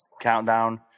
countdown